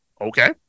Okay